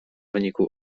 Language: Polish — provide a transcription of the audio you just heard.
wyniku